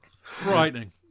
Frightening